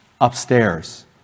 upstairs